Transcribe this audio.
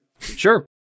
Sure